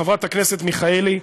וחברת הכנסת מיכאלי,